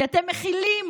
כי אתם מכילים.